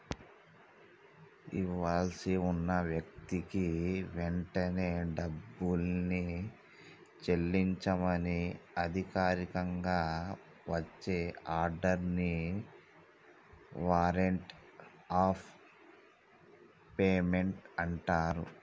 ఇవ్వాల్సి ఉన్న వ్యక్తికి వెంటనే డబ్బుని చెల్లించమని అధికారికంగా వచ్చే ఆర్డర్ ని వారెంట్ ఆఫ్ పేమెంట్ అంటరు